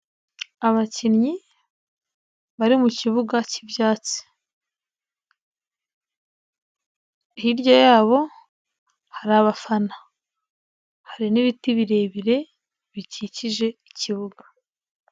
Abakinnyi bari mu kibuga k'ibyatsi. Hirya hari abafana hari n'ibiti birebire bikikije ikibuga.